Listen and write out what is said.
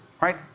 right